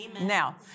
Now